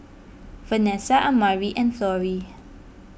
Vanessa Amari and Florie